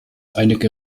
einige